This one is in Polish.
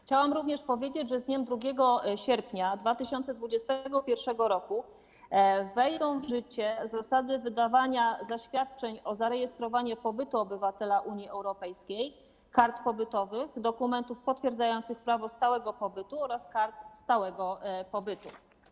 Chciałam również powiedzieć, że z dniem 2 sierpnia 2021 r. wejdą w życie zasady wydawania zaświadczeń o zarejestrowanie pobytu obywatela Unii Europejskiej, kart pobytowych, dokumentów potwierdzających prawo stałego pobytu oraz kart stałego pobytu.